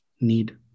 need